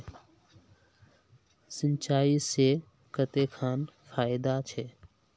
सिंचाई से कते खान फायदा छै?